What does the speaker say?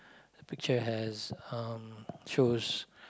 a picture has um shows